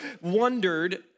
wondered